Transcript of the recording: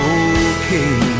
okay